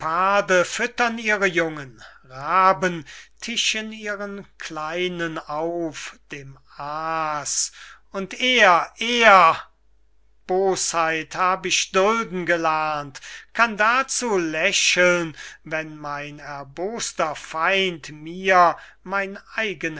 füttern ihre jungen raben tischen ihren kleinen auf dem aas und er er bosheit hab ich dulden gelernt kann dazu lächeln wenn mein erboster feind mir mein eigen